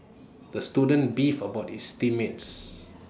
the student beefed about his team mates